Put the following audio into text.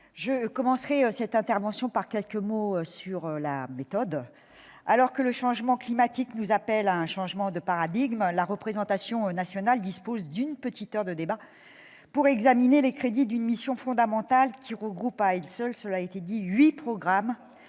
je commencerai cette intervention par quelques mots sur la méthode. Alors que le changement climatique nous appelle à un changement de paradigme, la représentation nationale dispose d'une petite heure de débat pour examiner les crédits d'une mission fondamentale qui regroupe à elle seule huit programmes,